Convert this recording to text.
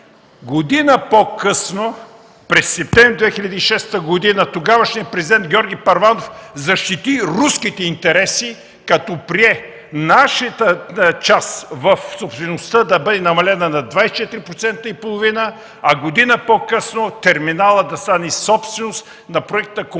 Година по-късно – през месец септември 2006 г., тогавашният президент Георги Първанов защити руските интереси, като прие нашата част в собствеността да бъде намалена на 24,5%, а година по-късно терминалът да стане собственост на проектната